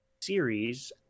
Series